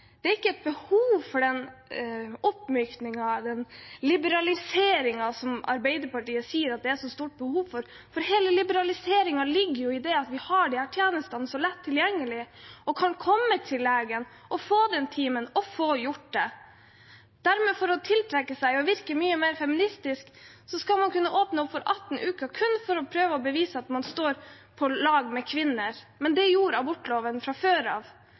et behov for den oppmykningen, den liberaliseringen som Arbeiderpartiet sier at det er så stort behov for, for hele liberaliseringen ligger jo i det at vi har disse tjenestene så lett tilgjengelig og kan komme til legen og få den timen og få gjort det. For å tiltrekke seg noen og virke mye mer feministisk skal man derfor kunne åpne opp for uke 18, kun for å prøve å bevise at man står på lag med kvinner. Men det gjorde abortloven fra før av.